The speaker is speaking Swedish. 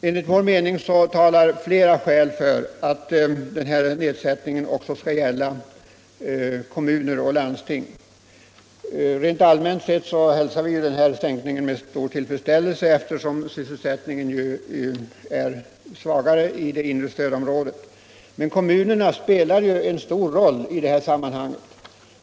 Enligt vår mening talar flera skäl för att nedsättningen skall gälla också kommuner och landsting. Rent allmänt sett hälsar vi sänkningen med stor tillfredsställelse, efter som sysselsättningen ju är svagare i det inre stödområdet. Men kommunerna spelar en stor roll i det här sammanhanget.